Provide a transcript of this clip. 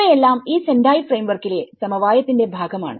ഇവയെല്ലാം ഈ സെൻഡായി ഫ്രെയിംവർക്കിലെ സമവായത്തിന്റെ ഭാഗമാണ്